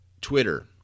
Twitter